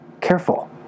Careful